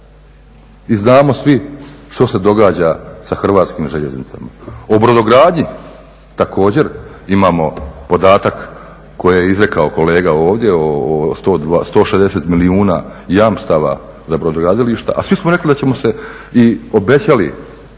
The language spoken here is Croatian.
I znamo svi što se događa sa Hrvatskim željeznicama. O brodogradnji također imamo podatak koji je izrekao kolega ovdje o 160 milijuna jamstava za brodogradilišta, a svi smo rekli da ćemo se i obećali,